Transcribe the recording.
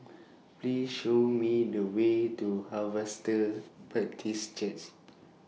Please Show Me The Way to Harvester practice Church